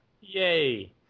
Yay